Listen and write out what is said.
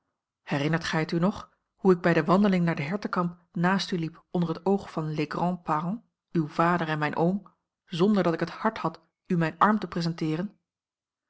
herinnert gij het u nog hoe ik bij de wandeling naar de hertekamp naast u liep onder t oog van les grands parents uw vader en mijn oom zonder dat ik het hart had u mijn arm te presenteeren